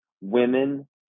women